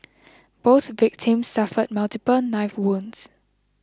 both victims suffered multiple knife wounds